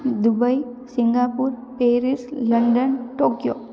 Dubai Singapore Paris London Tokyo